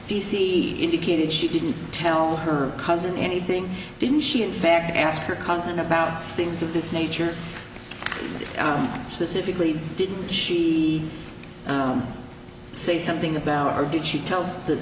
see indicated she didn't tell her cousin anything didn't she in fact asked her cousin about things of this nature specifically didn't she say something about or did she tells that